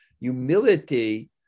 humility